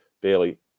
barely